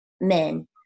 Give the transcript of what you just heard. men